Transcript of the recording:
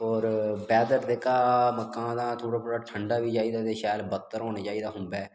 होर वैदर जेह्का मक्कां दा थोह्ड़ा थोह्ड़ा ठंडा बी चाहिदा ते शैल बत्तर होना चाहिदा खुम्बै